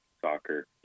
soccer